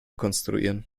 konstruieren